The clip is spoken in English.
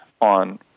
on